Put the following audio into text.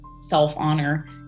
self-honor